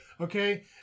okay